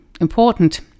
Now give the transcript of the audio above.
important